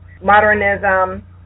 Modernism